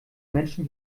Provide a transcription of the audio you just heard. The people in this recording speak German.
menschen